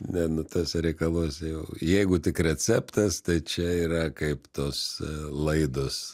ne nu tuose reikaluose jau jeigu tik receptas tai čia yra kaip tos laidos